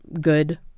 good